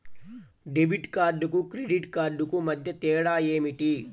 Debit కార్డుకు credit కార్డుకు మధ్య తేడా ఏమిటీ?